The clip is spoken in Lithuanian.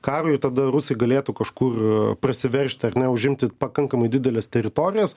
karui tada rusai galėtų kažkur prasiveržti ar ne užimti pakankamai dideles teritorijas